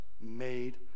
made